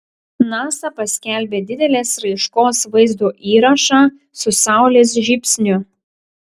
nasa paskelbė didelės raiškos vaizdo įrašą su saulės žybsniu